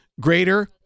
greater